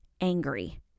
angry